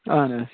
آہَن حظ